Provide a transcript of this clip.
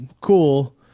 cool